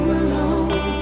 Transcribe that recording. alone